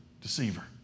deceiver